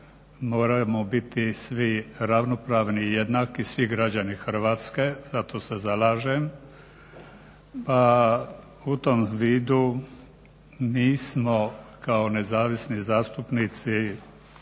moramo biti svi ravnopravni, jednaki, svi građani Hrvatske, za to se zalažem. U tom vidu mi smo kao nezavisni zastupnici Saveza